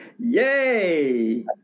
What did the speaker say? yay